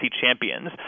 champions